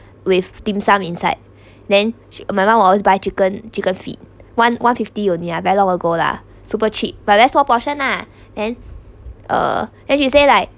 with dim sum inside then sh~ my mom will always buy chicken chicken feet one one fifty only ah very long ago lah super cheap but then small portion ah then uh then she say like